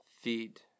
feed